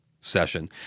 session